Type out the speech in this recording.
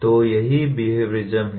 तो यही बेहविओरिसम है